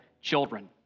children